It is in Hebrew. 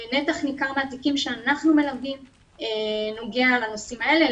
נתח ניכר מהתיקים שאנחנו מלווים נוגע לנושאים האלה,